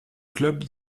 club